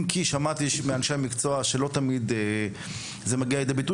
אם כי שמעתי מאנשי מקצוע שזה לא יוכל תמיד למנוע את זה,